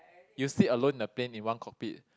you sleep alone in a plane in one cockpit